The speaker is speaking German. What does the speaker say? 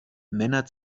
männer